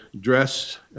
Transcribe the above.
dress